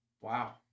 Wow